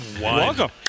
Welcome